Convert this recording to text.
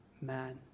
man